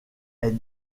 est